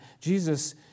Jesus